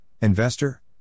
investor